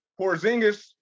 Porzingis